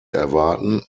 erwarten